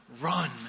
run